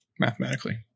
Mathematically